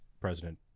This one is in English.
President